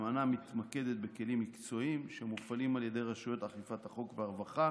האמנה מתמקדת בכלים מקצועיים שמופעלים על ידי רשויות אכיפת החוק והרווחה